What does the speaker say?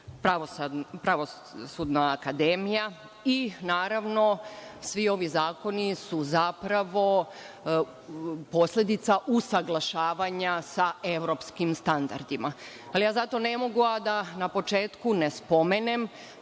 Pravosudna akademija i, naravno, svi ovi zakoni su zapravo posledica usaglašavanja sa evropskim standardima. Zato ne mogu a da na početku ne spomenem